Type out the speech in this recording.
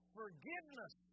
forgiveness